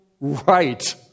right